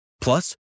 Plus